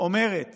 אומרת